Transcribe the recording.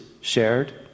shared